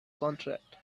contract